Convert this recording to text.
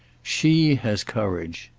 she has courage.